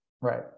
Right